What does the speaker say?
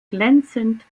glänzend